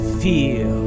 feel